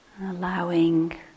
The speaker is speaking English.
Allowing